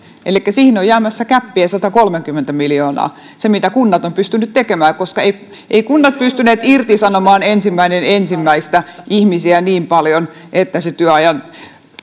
elikkä siihen on jäämässä gäppiä satakolmekymmentä miljoonaa tämä on se mitä kunnat ovat pystyneet tekemään koska eivät kunnat pystyneet irtisanomaan ensimmäinen ensimmäistä ihmisiä niin paljon että se työajan